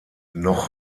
noch